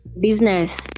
business